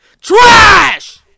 Trash